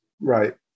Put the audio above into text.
Right